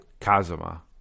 Kazuma